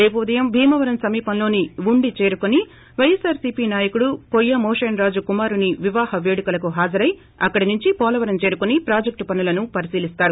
రేపు ఉదయం భీమవరం సమీపంలోని ఉండి చేరుకొని పైఎస్సార్ సీపీ నాయకుడు కొయ్య మోషేన్ రాజు కుమారుని వివాహ పేడుకలకు హజరై అక్కడ నుంచి పోలవరం చేరుకుని ప్రాజక్షు పనులను పరిశీలిస్తారు